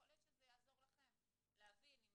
יכול להיות שזה יעזור לכם להבין אם